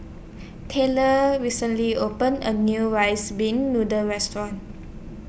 Tayler recently opened A New Rice Pin Noodles Restaurant